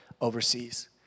overseas